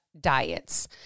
diets